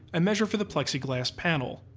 i measure for the plexiglass panel.